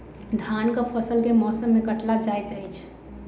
धानक फसल केँ मौसम मे काटल जाइत अछि?